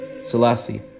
Selassie